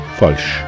falsch